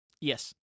Yes